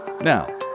Now